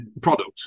product